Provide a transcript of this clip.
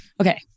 okay